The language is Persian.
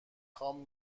خوام